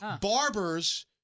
Barbers